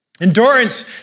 Endurance